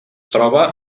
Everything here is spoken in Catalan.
troba